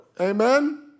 Amen